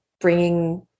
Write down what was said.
bringing